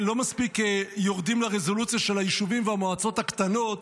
לא מספיק יורדים לרזולוציה של היישובים והמועצות הקטנות.